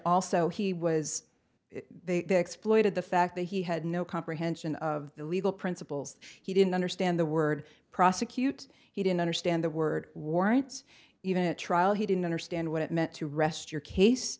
also he was they exploited the fact that he had no comprehension of the legal principles he didn't understand the word prosecute he didn't understand the word warrants even a trial he didn't understand what it meant to rest your case